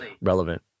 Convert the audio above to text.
relevant